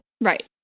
Right